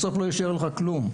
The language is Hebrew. בסוף לא יישאר לך כלום.